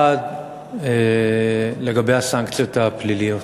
1. לגבי הסנקציות הפליליות,